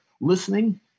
listening